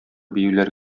биюләр